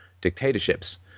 dictatorships